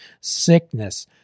sickness